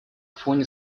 фоне